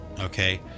Okay